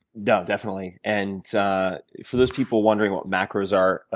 no, definitely and for those people wondering what macros are,